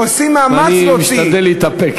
ועושים מאמץ להוציא,